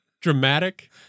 dramatic